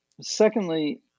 Secondly